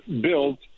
built